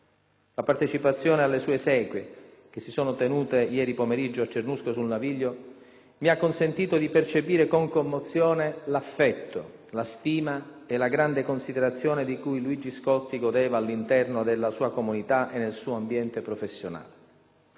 La partecipazione alle sue esequie, che si sono tenute ieri pomeriggio a Cernusco sul Naviglio, mi ha consentito di percepire con commozione l'affetto, la stima e la grande considerazione di cui Luigi Scotti godeva all'interno della sua comunità e nel suo ambiente professionale.